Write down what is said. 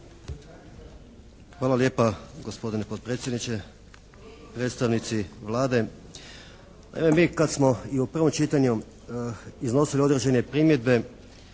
Hvala lijepa gospodine potpredsjedniče. Predstavnici Vlade. Mi kad smo i u prvom čitanju iznosili određene primjedbe